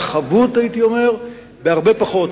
ברחבות הייתי אומר, בהרבה פחות.